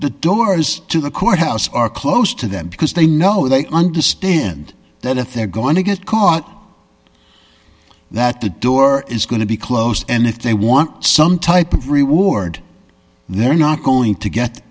the doors to the courthouse are close to them because they know they understand that if they're going to get caught that the door is going to be closed and if they want some type of reward they're not going to get